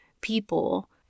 people